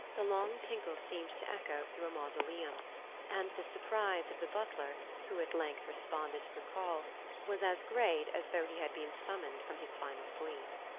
the long tinkle seemed to echo through a mausoleum and the surprise of the butler who at length responded to the call was as great as though he had been summoned from his final sleep.